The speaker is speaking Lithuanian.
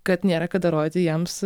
kad nėra kada rodyti jiems